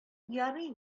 ярый